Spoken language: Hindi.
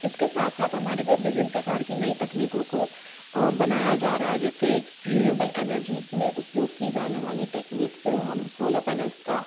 इसके साथ साथ हमारे वे विभिन्न प्रकार कि नई तकनीकों को बनाया जा रहा है जैसे रियूबल एनरजीज में उपयोग की जाने वाली टेक्निक्स हम सोलर पैनल्स का